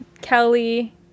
Kelly